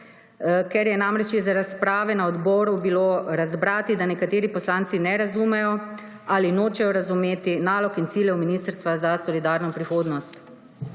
ker je namreč iz razprave na odboru bilo razbrati, da nekateri poslanci ne razumejo ali nočejo razumeti nalog in ciljev Ministrstva za solidarno prihodnost.